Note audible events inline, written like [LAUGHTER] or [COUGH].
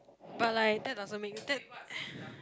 but like that doesn't make you that [BREATH]